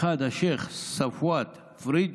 האחד, השייח' צפוות פריג',